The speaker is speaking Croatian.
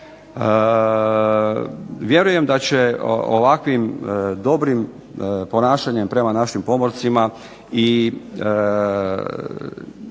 Vjerujem da će ovakvim dobrim ponašanjem prema našim pomorcima i